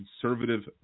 conservative